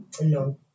No